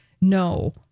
No